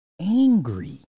angry